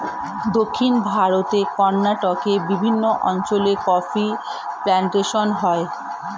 দক্ষিণ ভারতে কর্ণাটকের বিভিন্ন অঞ্চলে কফি প্লান্টেশন হয়